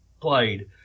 played